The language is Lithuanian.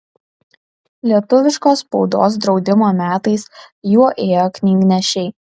lietuviškos spaudos draudimo metais juo ėjo knygnešiai